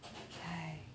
!hais!